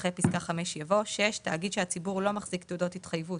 אחרי פסקה (5) יבוא: "(6) תאגיד שהציבור לא מחזיק תעודות התחייבות